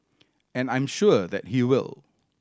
and I'm sure that he will